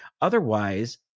Otherwise